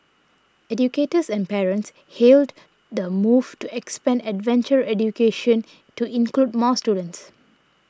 educators and parents hailed the move to expand adventure education to include more students